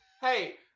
Hey